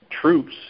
troops